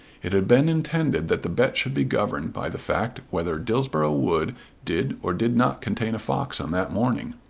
it had been intended that the bet should be governed by the fact whether dillsborough wood did or did not contain a fox on that morning.